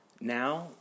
Now